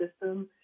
system